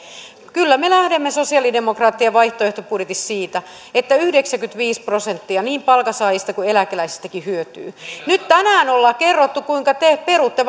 kyllä me lähdemme sosialidemokraattien vaihtoehtobudjetissa siitä että yhdeksänkymmentäviisi prosenttia niin palkansaajista kuin eläkeläisistäkin hyötyy nyt tänään on kerrottu kuinka te perutte